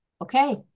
Okay